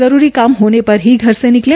जरूरी काम होने पर ही घर से निकलें